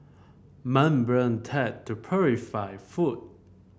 membrane tech to purify food